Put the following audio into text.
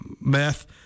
meth